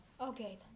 Okay